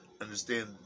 understand